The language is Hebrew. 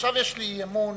עכשיו יש לי אמון